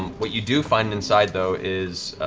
and what you do find inside, though, is